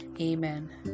Amen